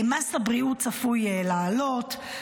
מס הבריאות צפוי לעלות,